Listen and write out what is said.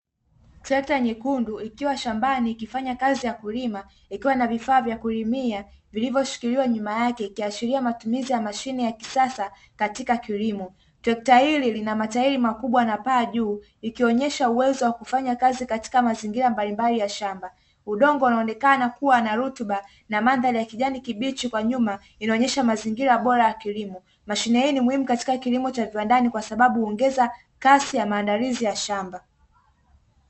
Trekta nyekundu, ikiwa shambani ikifanya kazi ya kulima, ikiwa na vifaa vya kulimia vilivyoshikiliwa nyuma yake, ikiashiria matumizi ya mashine ya kisasa katika kilimo. Trekta hili lina matairi makubwa na paa juu, ikionyesha uwezo wa kufanya kazi katika mazingira mbalimbali ya shamba. Udongo unaonekana kuwa na rutuba na mandhari ya kijani kibichi, kwa nyuma inaonyesha mazingira bora ya kilimo. Mashine hii ni muhimu katika kilimo cha viwandani kwa sababu huongeza kasi ya maandalizi ya shamba.